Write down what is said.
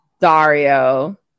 Dario